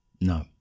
No